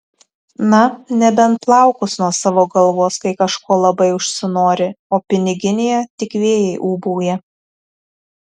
na nebent plaukus nuo savo galvos kai kažko labai užsinori o piniginėje tik vėjai ūbauja